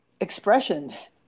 expressions